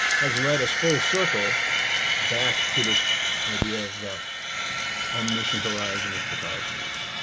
has led us full circle back to this idea of the omniscient horizon of the cosmos.